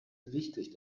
wichtig